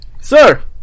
Sir